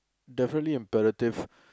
definitely imperative